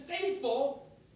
faithful